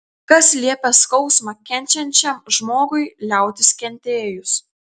kas liepia skausmą kenčiančiam žmogui liautis kentėjus